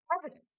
evidence